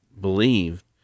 believed